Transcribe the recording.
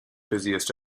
busiest